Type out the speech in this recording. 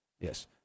Yes